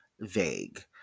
vague